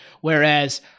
Whereas